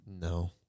No